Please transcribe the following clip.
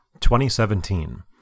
2017